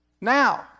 now